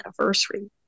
anniversary